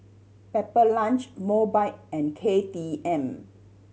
Pepper Lunch Mobike and K T M